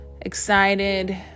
excited